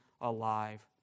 alive